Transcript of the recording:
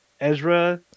Ezra